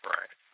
Right